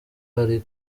hari